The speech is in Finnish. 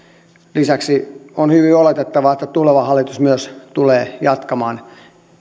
lisäksi on hyvin oletettavaa että myös tuleva hallitus tulee jatkamaan